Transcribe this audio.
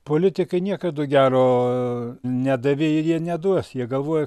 politikai niekada gero nedavė ir jie neduos jie galvoja